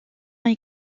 est